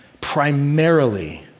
primarily